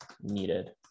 needed